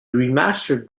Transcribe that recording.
remastered